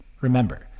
Remember